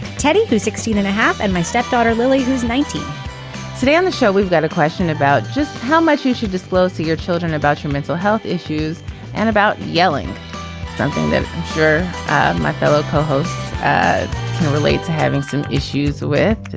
teddy through sixteen and a half and my step daughter lily who's nineteen today on the show we've got a question about just how much you should disclose to your children about your mental health issues and about yelling something that i'm sure my fellow co-hosts can relate to having some issues with.